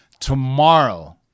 Tomorrow